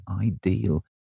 ideal